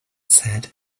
said